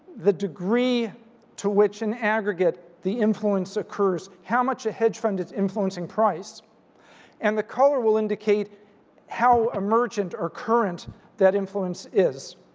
the degree to which an aggregate, the influence occurs how much a hedge fund it's influencing price and the color will indicate how emergent or current that influence is.